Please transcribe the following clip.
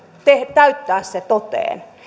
täyttää sen toteen